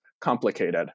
complicated